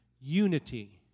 unity